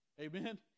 Amen